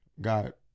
got